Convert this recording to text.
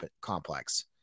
Complex